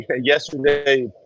yesterday